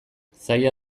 zaila